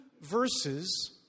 verses